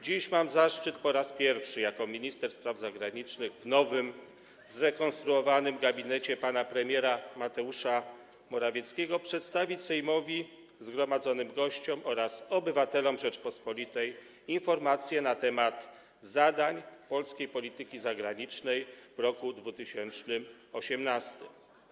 Dziś mam zaszczyt po raz pierwszy jako minister spraw zagranicznych w nowym, zrekonstruowanym gabinecie pana premiera Mateusza Morawieckiego przedstawić Sejmowi, zgromadzonym gościom oraz obywatelom Rzeczypospolitej informację na temat zadań polskiej polityki zagranicznej w roku dwutysięcznym osiemnastym.